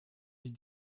les